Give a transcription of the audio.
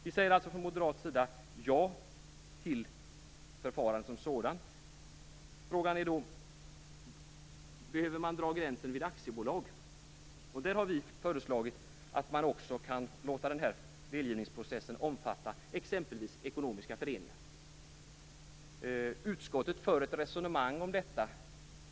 Vi säger alltså från moderaternas sida ja till förfarandet som sådant. Frågan är då om man behöver dra gränsen vid aktiebolag. Vi har föreslagit att man också kan låta den här delgivningsprocessen omfatta exempelvis ekonomiska föreningar. Utskottet för ett resonemang om detta.